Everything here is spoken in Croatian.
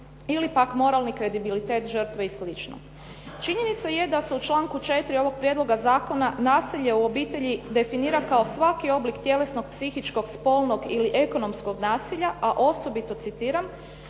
ili pak moralni kredibilitet žrtve i slično. Činjenica je da se u članku 4. ovog prijedloga zakona nasilje u obitelji definira kao svaki oblik tjelesnog, psihičkog, spolnog ili ekonomskog nasilja, a osobito, citiram: